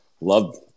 Love